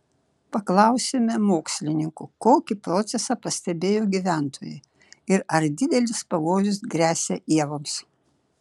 paklausėme mokslininkų kokį procesą pastebėjo gyventojai ir ar didelis pavojus gresia ievoms